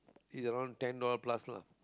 is around ten dollars plus lah